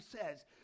says